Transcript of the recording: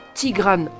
Tigran